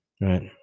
right